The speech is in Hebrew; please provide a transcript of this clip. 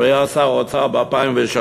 כשהוא היה שר האוצר ב-2003,